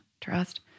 trust